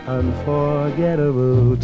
unforgettable